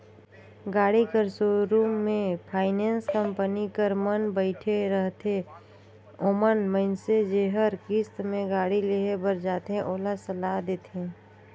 गाड़ी कर सोरुम में फाइनेंस कंपनी कर मन बइठे रहथें ओमन मइनसे जेहर किस्त में गाड़ी लेहे बर जाथे ओला सलाह देथे